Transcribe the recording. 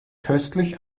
köstlich